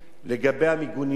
לגבי המיגוניות.